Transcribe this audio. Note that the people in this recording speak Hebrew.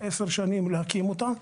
לקח עשר שנים להקים אותה.